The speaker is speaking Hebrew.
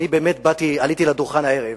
אני עליתי לדוכן הערב